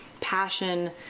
passion